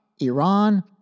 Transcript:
Iran